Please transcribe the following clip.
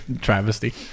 travesty